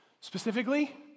Specifically